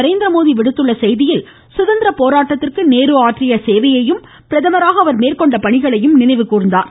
நரேந்திரமோடி விடுத்துள்ள செய்தியில் சுதந்திர போராட்டத்திற்கு நேரு ஆற்றிய சேவையையும் பிரதமாக அவர் மேற்கொண்ட பணிகளையும் நினைவுகூர்ந்தார்